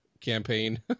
campaign